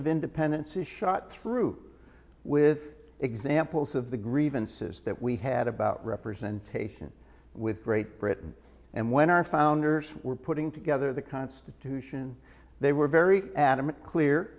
of independence a shot through with examples of the grievances that we had about representation with great britain and when our founders were putting together the constitution they were very adamant clear